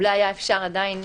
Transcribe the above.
אולי אפשר היה-